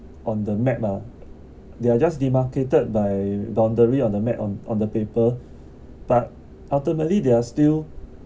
on the map ah they're just demarcated by boundary on the map on on the paper but ultimately they're still